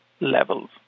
levels